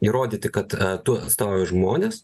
įrodyti kad tu atstovauji žmones